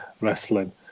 wrestling